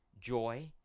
joy